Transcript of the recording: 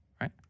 right